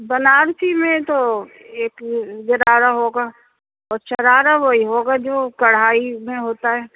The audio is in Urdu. بنارسی میں تو ایک جرارہ ہوگا اور چرارہ وہی ہوگا جو کڑھائی میں ہوتا ہے